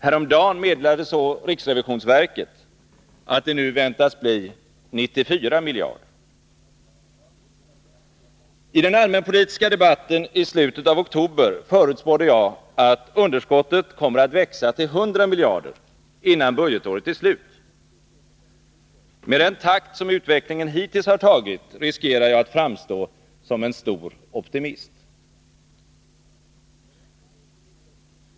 Häromdagen meddelade riksrevisionsverket att det nu väntas bli 94 miljarder. I den allmänpolitiska debatten i slutet av oktober förutspådde jag att underskottet kommer att växa till 100 miljarder innan budgetåret är slut. Med den takt som utvecklingen hittills har tagit riskerar jag att framstå som en stor optimist.